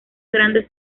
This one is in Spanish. grandes